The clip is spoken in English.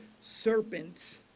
serpent